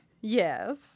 Yes